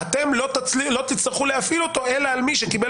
אתם לא תצטרכו להפעיל אותו אלא על מי שקיבל